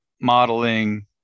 modeling